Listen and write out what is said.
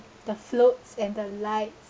the floats and the lights